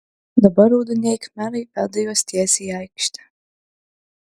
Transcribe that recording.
dabar raudonieji khmerai veda juos tiesiai į aikštę